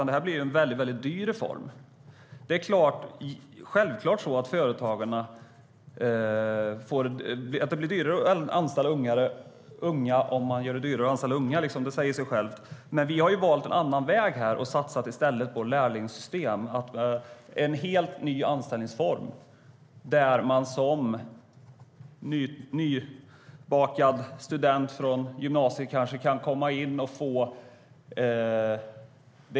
Det blev en väldigt dyr reform. Det blir självklart dyrare för företagarna att anställa unga om man gör det dyrare att anställa unga. Det säger sig självt. Men vi har valt en annan väg och i stället satsat på lärlingssystem, en helt ny anställningsform där man som nybakad student från gymnasiet kanske kan komma in och få jobb.